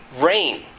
rain